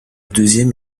deuxième